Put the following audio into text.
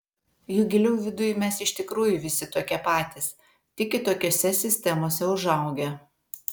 juk giliau viduj mes iš tikrųjų visi tokie patys tik kitokiose sistemose užaugę